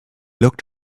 looked